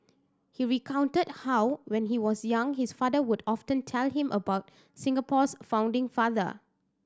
he recounted how when he was young his father would often tell him about Singapore's founding father